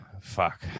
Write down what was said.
Fuck